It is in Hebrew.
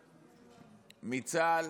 מצה"ל,